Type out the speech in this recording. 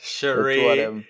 Sheree